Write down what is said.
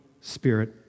Spirit